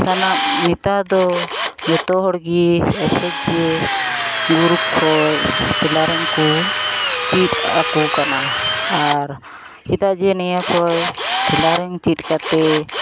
ᱥᱟᱱᱟᱢ ᱱᱮᱛᱟᱨᱫᱚ ᱡᱚᱛᱚ ᱦᱚᱲᱜᱮ ᱮ ᱮᱭᱤᱪ ᱡᱤ ᱜᱩᱨᱩᱯ ᱠᱷᱚᱱ ᱴᱮᱞᱟᱨᱤᱝᱠᱚ ᱪᱮᱫ ᱟᱠᱚ ᱠᱟᱱᱟ ᱟᱨ ᱪᱮᱫᱟᱜ ᱡᱮ ᱱᱤᱭᱟᱹ ᱠᱷᱚᱱ ᱴᱮᱞᱟᱨᱤᱝ ᱪᱮᱫ ᱠᱟᱛᱮᱫ